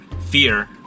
fear